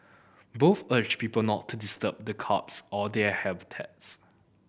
both urged people not to disturb the crabs or their habitats